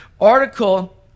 article